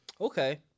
Okay